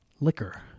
Liquor